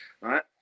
right